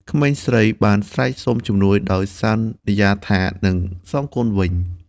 ក្មេងស្រីបានស្រែកសុំជំនួយដោយសន្យាថានឹងសងគុណវិញ។